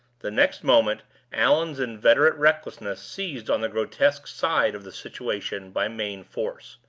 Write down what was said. the next moment allan's inveterate recklessness seized on the grotesque side of the situation by main force.